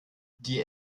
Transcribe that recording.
die